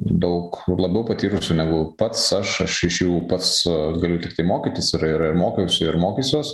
daug labiau patyrusių negu pats aš aš iš jų pats galiu tiktai mokytis ir ir ir mokiausi ir mokysiuos